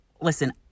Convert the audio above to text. Listen